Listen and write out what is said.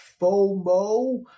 FOMO